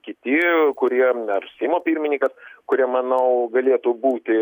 kiti kuriem ar seimo pirmininkas kurie manau galėtų būti